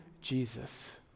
Jesus